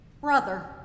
brother